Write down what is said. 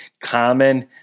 common